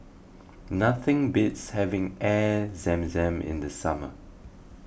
Nothing beats having Air Zam Zam in the summer